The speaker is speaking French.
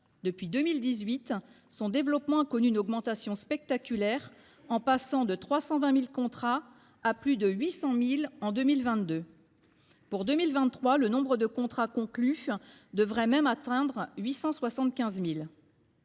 depuis 2018, son développement a connu une augmentation spectaculaire, passant de 320 000 contrats à plus de 800 000 en 2022. Pour 2023, le nombre de contrats conclus devrait même atteindre 875 000.